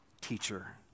teacher